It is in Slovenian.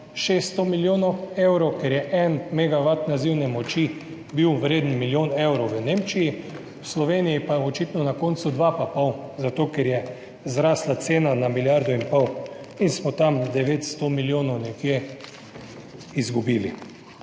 600 milijonov evrov, ker je en megavat nazivne moči bil vreden milijon evrov v Nemčiji, v Sloveniji pa je očitno na koncu dva pa pol, zato ker je zrasla cena na milijardo in pol in smo tam 900 milijonov nekje izgubili.